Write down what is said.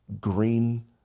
green